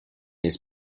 his